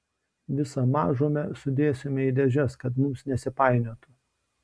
visą mažumę sudėsime į dėžes kad mums nesipainiotų